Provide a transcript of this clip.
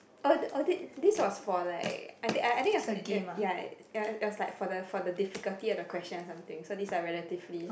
oh oh this this was for like I think I think uh ya it was like it was like for the for the difficulty of the question or something so this are relatively